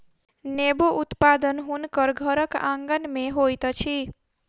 नेबो उत्पादन हुनकर घरक आँगन में होइत अछि